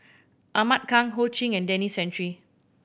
Ahmad Khan Ho Ching and Denis Santry